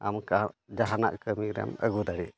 ᱟᱨ ᱱᱚᱠᱟ ᱡᱟᱦᱟᱱᱟᱜ ᱠᱟᱹᱢᱤ ᱨᱮᱢ ᱟᱹᱜᱩ ᱫᱟᱲᱮᱜᱼᱟ